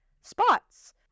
spots